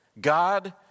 God